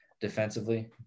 defensively